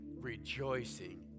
rejoicing